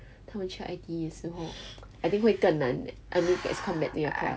他们去 I_T_E 的时候 I think 会更难 I mean as compared to your class